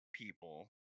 people